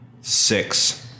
Six